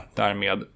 därmed